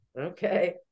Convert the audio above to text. okay